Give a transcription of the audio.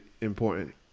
important